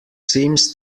seems